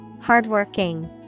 Hardworking